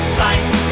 fight